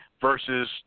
versus